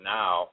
now